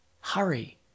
Hurry